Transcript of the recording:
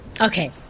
okay